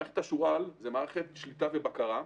מערכת השועל היא מערכת שליטה ובקרה,